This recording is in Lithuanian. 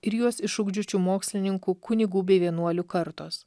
ir juos išugdžiusių mokslininkų kunigų bei vienuolių kartos